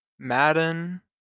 madden